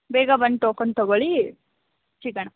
ಬೇಗ ಬಂದು ಟೋಕನ್ ತಗೊಳ್ಳಿ ಸಿಗೋಣ